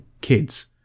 kids